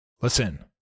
Listen